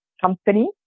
company